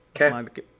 Okay